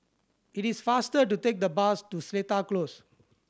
it is faster to take the bus to Seletar Close